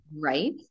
right